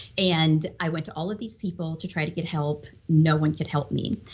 and i went to all of these people to try to get help, no one could help me,